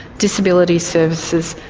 disability services,